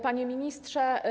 Panie Ministrze!